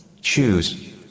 Choose